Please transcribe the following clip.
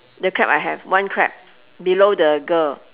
the crab I have one crab below the girl